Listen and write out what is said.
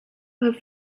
where